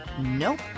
Nope